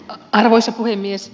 arvoisa puhemies